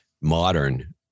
modern